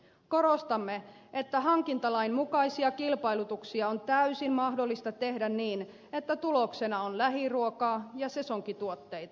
korostamme että hankintalain mukaisia kilpailutuksia on täysin mahdollista tehdä niin että tuloksena on lähiruokaa ja sesonkituotteita